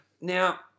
Now